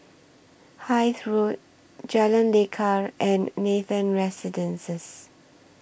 Hythe Road Jalan Lekar and Nathan Residences